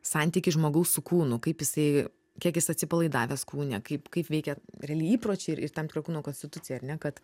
santykiai žmogaus su kūnu kaip jisai kiek jis atsipalaidavęs kūne kaip kaip veikia realiai įpročiai ir tam tikra kūno konstitucija ar ne kad